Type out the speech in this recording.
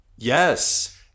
Yes